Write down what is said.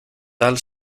tal